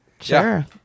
Sure